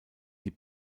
die